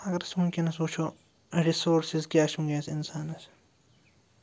اَگر أسۍ وٕنۍکٮ۪نَس وٕچھو رِسورسِز کیٛاہ چھِ وٕنۍکٮ۪نَس اِنسانَس